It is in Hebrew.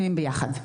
שניהם ביחד?